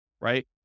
right